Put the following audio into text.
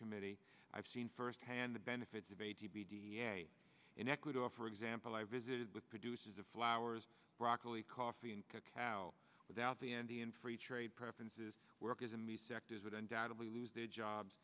committee i've seen firsthand the benefits of a t b d n a in ecuador for example i visited with producers of flowers broccoli coffee and cow without the end in free trade preferences work as a me sectors would undoubtedly lose their jobs